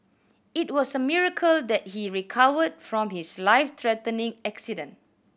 it was a miracle that he recovered from his life threatening accident